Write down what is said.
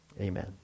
Amen